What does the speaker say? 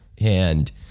And-